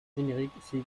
générique